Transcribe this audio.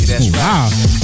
Wow